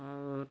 और